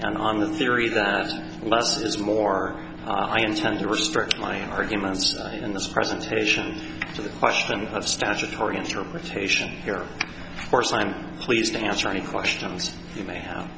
and on the theory that less is more i intend to restrict my arguments in this presentation to the question of statutory interpretation here of course i'm pleased to answer any questions you may have